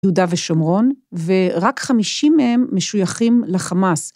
יהודה ושומרון, ורק 50 מהם משוייכים לחמאס.